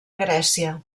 grècia